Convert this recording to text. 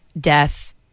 death